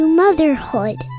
motherhood